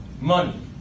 money